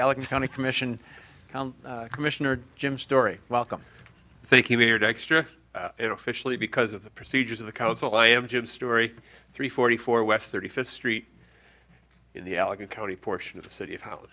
allegheny county commission commissioner jim story welcome thank you mayor dexter officially because of the procedures of the council i am jim story three forty four west thirty fifth street in the allegheny county portion of the city